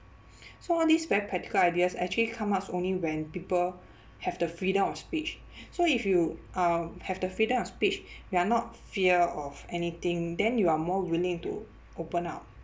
so all these very practical ideas actually come up only when people have the freedom of speech so if you uh have the freedom of speech you are not fear of anything then you are more willing to open up